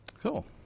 cool